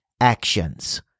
actions